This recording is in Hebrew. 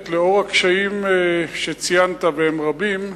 שנית, לנוכח הקשיים שציינת, והם רבים,